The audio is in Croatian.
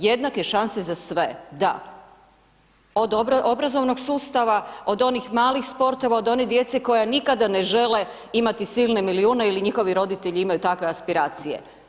Jednake šanse za sve, da, od obrazovnog sustava, od onih malih sportova, od one djece koje nikada ne žele imati silne milijune ili njihovi roditelji imaju takve aspiracije.